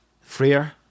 freer